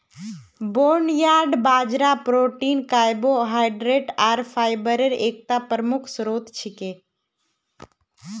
barnyard बाजरा protein carbohydrate आर fibre एकता प्रमुख स्रोत छिके